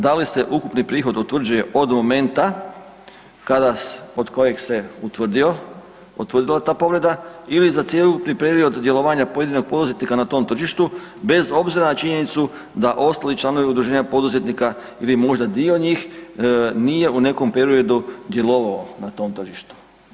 Da li se ukupni prihod utvrđuje od momenta kada od kojeg se utvrdila ta povreda ili za cjelokupni period djelovanja pojedinog poduzetnika na tom tržištu bez obzira na činjenicu da ostali članovi udruženja poduzetnika ili možda dio njih nije u nekom periodu djelovao na tom tržištu?